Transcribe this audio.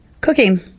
Cooking